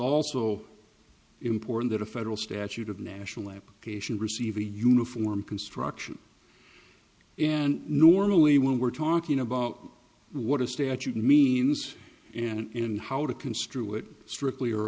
also important that a federal statute of national application receive a uniform construction and normally when we're talking about what a statute means and how to construe it strictly or